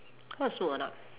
want to smoke or not